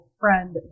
friend